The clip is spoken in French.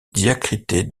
diacritée